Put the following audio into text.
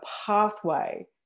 pathway